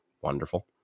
Wonderful